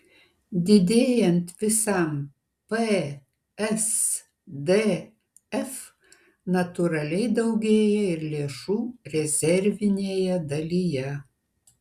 didėjant visam psdf natūraliai daugėja ir lėšų rezervinėje dalyje